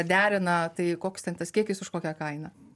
derina tai koks ten tas kiekis už kokią kainą